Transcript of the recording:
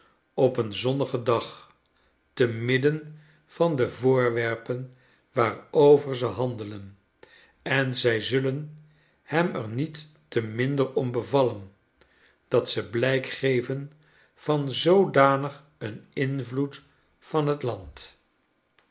op een zonnigen dag te midden van de voorwerpen waarover ze handelen en zij zullen hem er niet te minder om bevallen dat ze blijk geven van zoodanig een invloed van het land